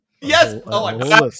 Yes